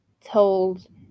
told